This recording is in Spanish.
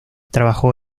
trabajó